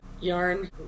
yarn